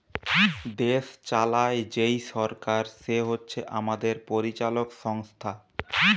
দেশ চালায় যেই সরকার সে হচ্ছে আমাদের পরিচালক সংস্থা